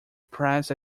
press